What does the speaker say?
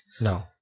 No